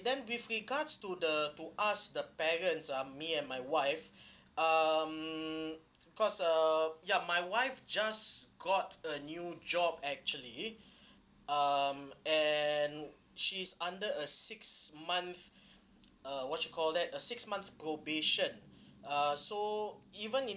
then with regards to the to ask the parents ah me and my wife um cause uh ya my wife just got a new job actually um and she's under a six month uh what you call that a six months probation uh so even in